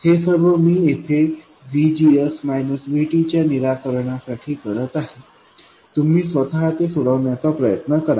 हे सर्व मी येथे VGS VT च्या निराकरणा साठी करत आहे तुम्ही स्वतः ते सोडवण्याचा प्रयत्न करा